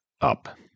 up